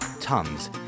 Tons